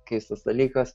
keistas dalykas